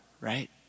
right